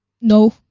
No